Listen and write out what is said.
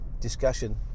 discussion